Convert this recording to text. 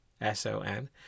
S-O-N